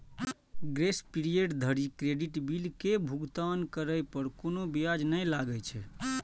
grace period धरि credit bill के भुगतान करै पर कोनो ब्याज नै लागै छै